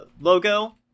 logo